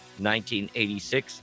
1986